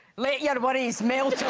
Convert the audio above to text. let your worries mail